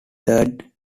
third